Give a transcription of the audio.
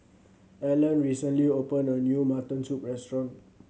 Alan recently opened a new mutton soup restaurant